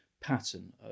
pattern